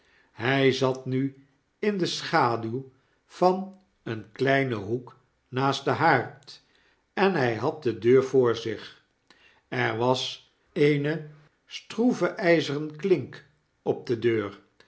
hg zat nu in de schaduw van een kleinen hoek naast den haard en hij lad de deur voor zich er was eene stroeve jzeren klink op die deur